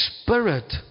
spirit